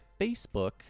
Facebook